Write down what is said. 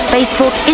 Facebook